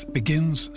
begins